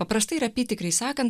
paprastai ir apytikriai sakant